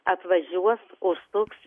atvažiuos užsuks